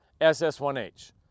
ss1h